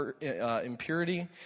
impurity